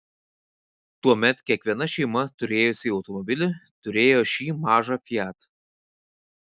tuomet kiekviena šeima turėjusi automobilį turėjo šį mažą fiat